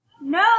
No